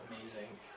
amazing